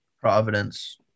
Providence